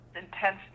intense